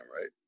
right